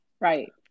Right